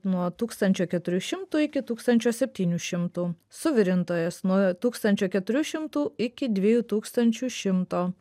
nuo tūkstančio keturių šimtų iki tūkstančio septynių šimtų suvirintojas nuo tūkstančio keturių šimtų iki dviejų tūkstančių šimto